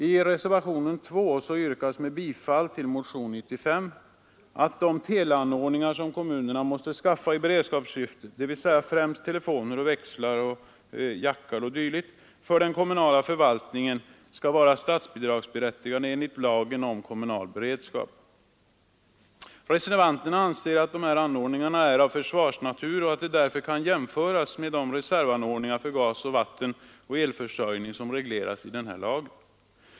I reservationen 2 yrkas bifall till motionen 95, och reservanterna anser att de teleanordningar som kommunerna måste skaffa i beredskapssyfte, dvs. telefoner, växlar, jackar o. d. för den kommunala förvaltningen, skall vara statsbidragsberättigade enligt lagen om kommunal beredskap. Reservanterna anser att dessa anordningar är av försvarsnatur och att de därför kan jämföras med de försvarsanordningar för gas-, vattenoch elförsörjning som regleras i den lagen.